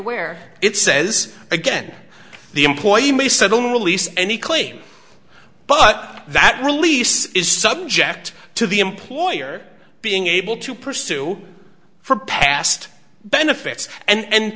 where it says again the employee may said don't release any claim but that release is subject to the employer being able to pursue for past benefits and